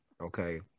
okay